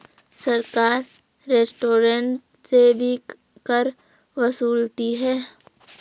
सरकार रेस्टोरेंट से भी कर वसूलती है